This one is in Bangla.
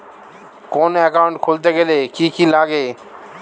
কোন একাউন্ট খুলতে গেলে কি কি লাগে?